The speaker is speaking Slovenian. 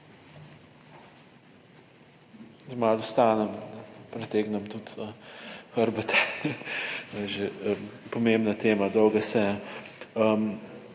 Da malo vstanem, pretegnem tudi hrbet. Je že pomembna tema, dolga seja.